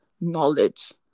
knowledge